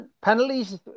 penalties